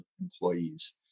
employees